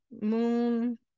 moon